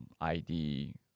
ID